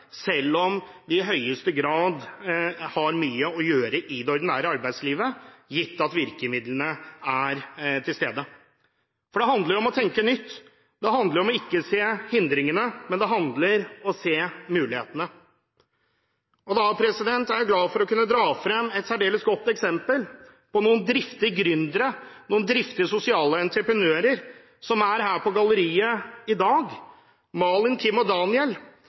gitt at virkemidlene er til stede. Det handler om å tenke nytt, det handler om ikke å se hindringene, men å se mulighetene. Jeg er glad for å kunne dra frem et særdeles godt eksempel på noen driftige gründere, noen driftige sosiale entreprenører, som er her på galleriet i dag, Malin, Kim og Daniel.